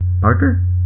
Parker